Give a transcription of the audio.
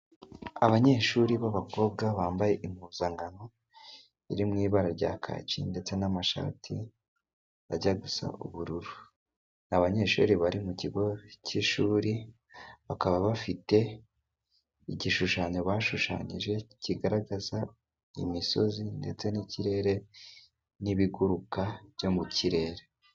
Abanyeshuri b'abakobwa bambaye impuzankano iri mu ibara rya kaki, ndetse n’amashati ajya gusa ubururu. Ni abanyeshuri bari mu kigo cy’ishuri, bakaba bafite igishushanyo bashushanyije kigaragaza imisozi, ndetse n’ikirere n’ibiguruka byo mu kirere.